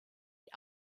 die